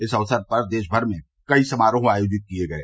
इस अवसर पर देशभर में कई समारोह आयोजित किए गये